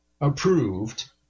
approved